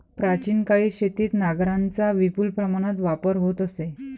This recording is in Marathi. प्राचीन काळी शेतीत नांगरांचा विपुल प्रमाणात वापर होत असे